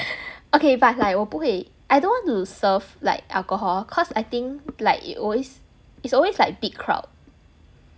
okay but like 我不会 I don't want to serve like alcohol cause I think like it always it's always like big crowd